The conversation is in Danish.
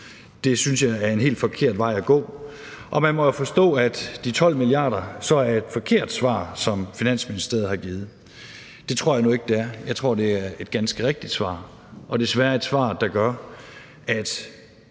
Det synes jeg er en helt forkert vej at gå, og man må jo forstå, at de 12 mia. kr. så er et forkert svar, som Finansministeriet har givet. Det tror jeg nu ikke det er, jeg tror, det er et ganske rigtigt svar, og desværre et svar, der gør, at